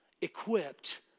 equipped